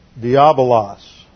Diabolos